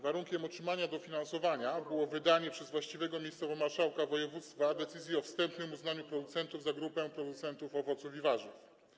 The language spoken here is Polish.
Warunkiem otrzymania dofinansowania było wydanie przez właściwego miejscowo marszałka województwa decyzji o wstępnym uznaniu producentów za grupę producentów owoców i warzyw.